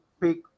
pick